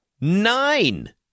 Nine